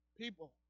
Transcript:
people